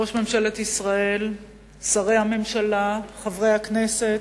ראש ממשלת ישראל, שרי הממשלה, חברי הכנסת,